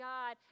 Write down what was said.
God